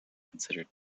considered